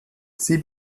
sie